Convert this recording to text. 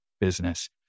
business